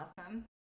awesome